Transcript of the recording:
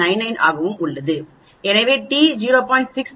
99 ஆகவும் உள்ளது எனவே t 0